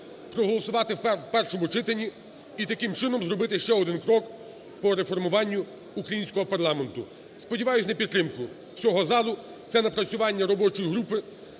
проголосувати в першому читанні і таким чином зробити ще один крок по реформуванню українського парламенту. Сподіваюсь на підтримку всього залу, це напрацювання робочої групи.